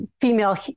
female